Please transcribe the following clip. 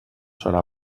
serà